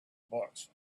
books